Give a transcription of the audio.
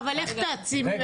איך תעצים?